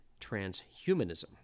transhumanism